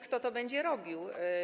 Kto to będzie robił?